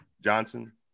Johnson